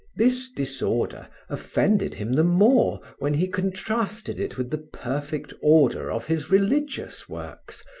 this disorder offended him the more when he contrasted it with the perfect order of his religious works,